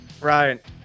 right